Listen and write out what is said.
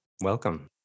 welcome